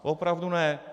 Opravdu ne.